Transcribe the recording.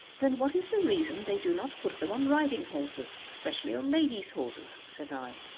then what is the reason they do not put them on riding horses especially on ladies' horses? said i.